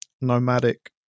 nomadic